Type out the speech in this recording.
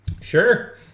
Sure